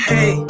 Hey